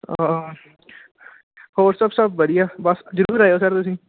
ਹੋਰ ਸਭ ਸਰ ਵਧੀਆ ਬਸ ਜ਼ਰੂਰ ਆਇਓ ਸਰ ਤੁਸੀਂ